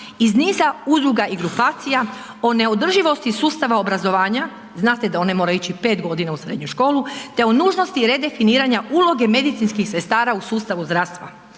iz niza udruga i grupacija o neodrživosti sustava obrazovanja, znate da one moraju ići 5 godina u srednju školu te o nužnosti redefiniranja uloge medicinskih sustava u sustavu zdravstva.